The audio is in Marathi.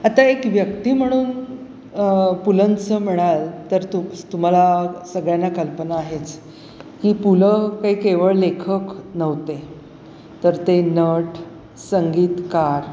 आता एक व्यक्ती म्हणून पुलंचं म्हणाल तर तु तुम्हाला सगळ्यांना कल्पना आहेच की पुलं काही केवळ लेखक नव्हते तर ते नठ संगीत कार